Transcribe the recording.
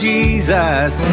Jesus